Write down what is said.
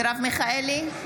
מיכאלי,